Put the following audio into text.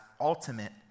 ultimate